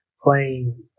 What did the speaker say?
playing